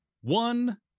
one